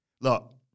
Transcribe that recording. Look